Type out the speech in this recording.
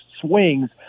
swings